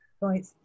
Right